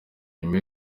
nyuma